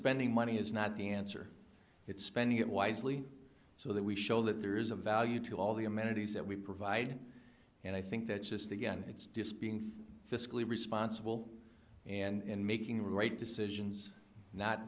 spending money is not the answer it's spending it wisely so that we show that there is a value to all the amenities that we provide and i think that just again it's just being fiscally responsible and making the right decisions not